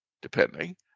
depending